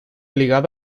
ligado